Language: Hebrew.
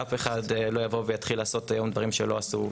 אף אחד לא יבוא ויתחיל לעשות היום דברים שלא עשו.